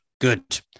Good